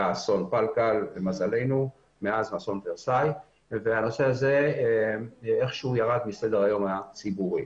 למזלנו אסון פלקל מאז אסון ורסאי והנושא הזה ירד מסדר היום הציבורי.